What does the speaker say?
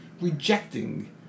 rejecting